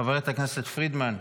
חברת הכנסת פרידמן,